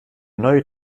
neue